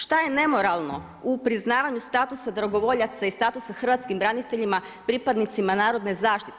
Što je nemoralno u priznavanju statusa dragovoljaca i statusa hrvatskim braniteljima pripadnicima Narodne zaštite?